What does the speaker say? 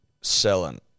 selling